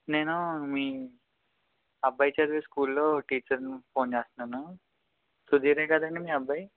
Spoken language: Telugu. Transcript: నేను మీ అబ్బాయి చదివే స్కూల్లో టీచర్ని ఫోన్ చేస్తున్నాను సుదిరే కదండీ మీ అబ్బాయి